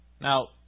Now